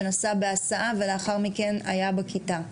שנסע בהסעה ולאחר מכן היה בכיתה?